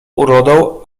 urodą